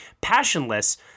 passionless